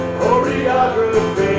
choreography